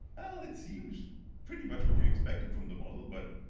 it seems pretty much what you expected from the model, but